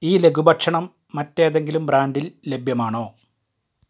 ഈ ലഘുഭക്ഷണം മറ്റ് ഏതെങ്കിലും ബ്രാൻഡിൽ ലഭ്യമാണോ